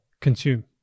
consume